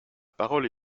parole